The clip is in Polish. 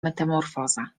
metamorfoza